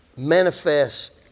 Manifest